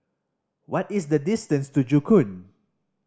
what is the distance to Joo Koon